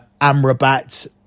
Amrabat